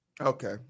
okay